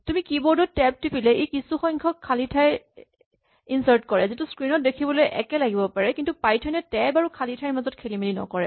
তুমি কীবৰ্ড ত টেব টিপিলে ই কিছু সংখ্যক খালী ঠাই ইনচাৰ্ট কৰে যিটো স্ক্ৰীণ ত দেখিবলৈ একে লাগিব পাৰে কিন্তু পাইথন এ টেব আৰু খালী ঠাইৰ মাজত খেলি মেলি নকৰে